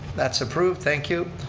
that's approved, thank you.